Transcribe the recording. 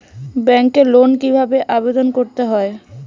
ব্যাংকে লোন কিভাবে আবেদন করতে হয়?